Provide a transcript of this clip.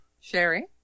Sherry